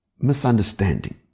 misunderstanding